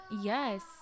Yes